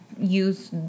use